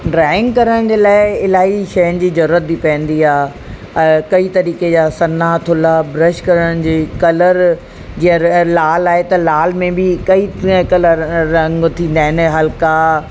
drawing करण जे लाइ इलाही शयुनि जी ज़रूरत बि पवंदी आहे कई तरीक़े जा सन्हा थुल्हा ब्रश करण जे कलर जीअं लाल आहे त लाल में बि हिक ई कलर र रंग थींदा आहिनि हल्का